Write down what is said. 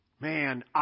man